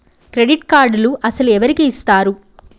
Credit కార్డులు అసలు ఎవరికి ఇస్తారు?